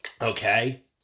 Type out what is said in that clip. okay